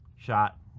Shot